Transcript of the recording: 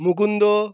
Mukunda